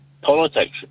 politics